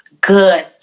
good